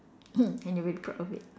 mm and you're really proud of it